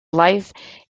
life